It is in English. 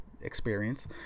experience